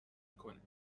کنیم